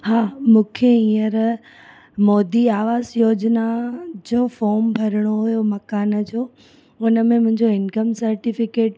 हा मूंखे हींअर मोदी आवास योजिना जो फ़ॉम भरिणो हुओ मकान जो हुन में मुंहिंजो इनकम सर्टिफिकेट